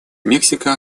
мексика